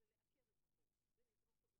של התעללות, בעובד.